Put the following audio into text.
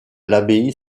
l’abbaye